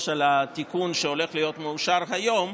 לגבי התיקון שהולך להיות מאושר היום,